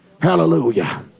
Hallelujah